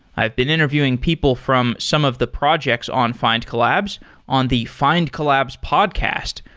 i've been interviewing people from some of the projects on findcollabs on the findcollabs podcast.